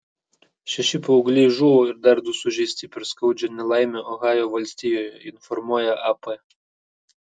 šeši paaugliai žuvo ir dar du sužeisti per skaudžią nelaimę ohajo valstijoje informuoja ap